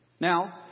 Now